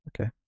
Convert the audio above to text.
okay